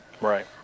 Right